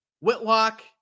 Whitlock